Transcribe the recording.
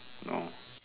no